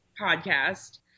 podcast